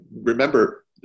Remember